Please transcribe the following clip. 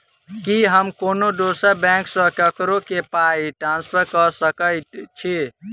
की हम कोनो दोसर बैंक सँ ककरो केँ पाई ट्रांसफर कर सकइत छि?